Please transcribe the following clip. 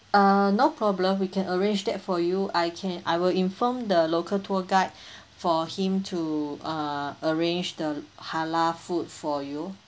uh no problem we can arrange that for you I can I will inform the local tour guide for him to uh arrange the halal food for you